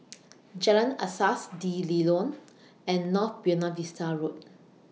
Jalan Asas D'Leedon and North Buona Vista Road